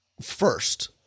first